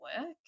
work